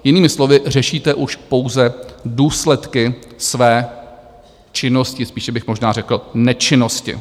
Jinými slovy, řešíte už pouze důsledky své činnosti, spíše bych možná řekl nečinnosti.